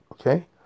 okay